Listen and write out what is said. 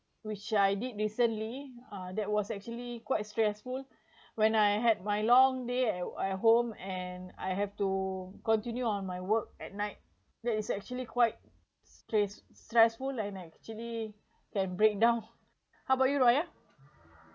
which I did recently uh that was actually quite stressful when I had my long day at home and I have to continue on my work at night that is actually quite stress stressful and I actually can break down how about you raya